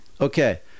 Okay